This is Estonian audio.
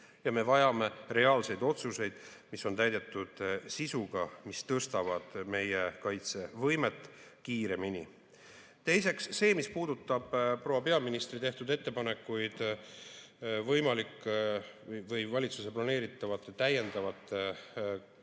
ja me vajame reaalseid otsuseid, mis on täidetud sisuga, mis tõstavad meie kaitsevõimet kiiremini. Teiseks, mis puudutab proua peaministri tehtud ettepanekuid valitsuse planeeritavate täiendavate,